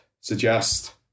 suggest